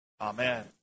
Amen